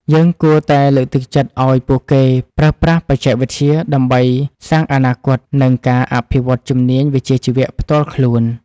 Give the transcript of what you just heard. យើងគួរតែលើកទឹកចិត្តឱ្យពួកគេប្រើប្រាស់បច្ចេកវិទ្យាដើម្បីកសាងអនាគតនិងការអភិវឌ្ឍន៍ជំនាញវិជ្ជាជីវៈផ្ទាល់ខ្លួន។